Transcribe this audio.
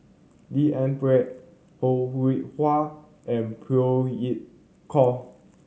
D N Pritt Ho Rih Hwa and Phey Yew Kok